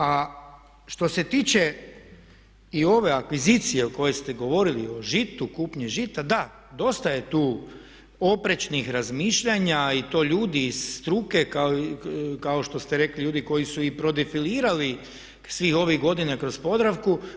A što se tiče i ove akvizicije o kojoj ste govorili, o žitu, kupnji žita, da, dosta je tu oprečnih razmišljanja i to ljudi iz struke kao što ste rekli, ljudi koji su i prodefilirali svih ovih godina kroz Podravku.